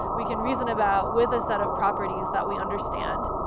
we can reason about with us that have properties that we understand.